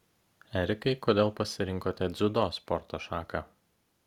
erikai kodėl pasirinkote dziudo sporto šaką